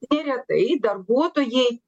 neretai darbuotojai